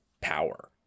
power